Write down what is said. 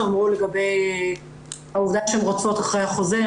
אמרו לגבי העובדה שהן רודפות אחרי החוזה.